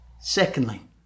Secondly